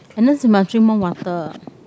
Agnes you must drink more water